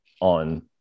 on